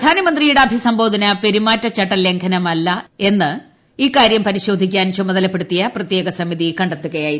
പ്രധാനമന്ത്രിയുടെ അഭിസംബോധന പെരുമാറ്റചട്ട ലംഘനമല്ലെന്നാണ് ഇക്കാരൃം പരിശോധിക്കാൻ ചുമതലപ്പെടുത്തിയ പ്രത്യേക സമിതി കണ്ടെത്തുകയായിരുന്നു